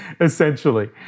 essentially